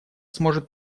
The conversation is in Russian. сможет